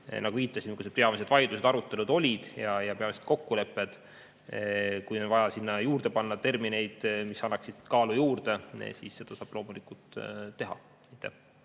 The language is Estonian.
Ma viitasin, kus need peamised vaidlused ja arutelud olid ja mis olid peamised kokkulepped. Kui on vaja sinna juurde panna termineid, mis annaksid kaalu juurde, siis seda saab loomulikult teha.